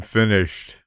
finished